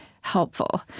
helpful